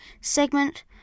segment